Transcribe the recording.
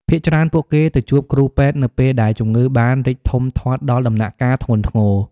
ភាគច្រើនពួកគេទៅជួបគ្រូពេទ្យនៅពេលដែលជំងឺបានរីកធំធាត់ដល់ដំណាក់កាលធ្ងន់ធ្ងរ។